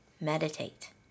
meditate